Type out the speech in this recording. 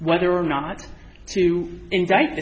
whether or not to indict t